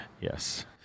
yes